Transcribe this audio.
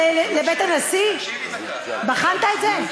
לבית הנשיא, בחנת את זה?